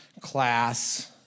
class